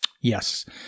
Yes